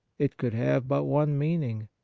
it could have but one mean ing.